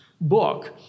book